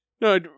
No